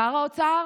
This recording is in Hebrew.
שר האוצר,